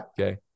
okay